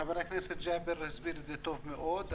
חבר הכנסת ג'אבר הסביר את זה טוב מאוד: